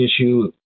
issue